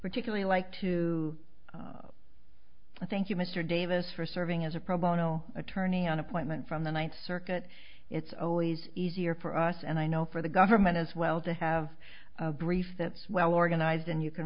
particularly like to thank you mr davis for serving as a pro bono attorney on appointment from the ninth circuit it's always easier for us and i know for the government as well to have a brief that's well organized and you can